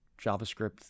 JavaScript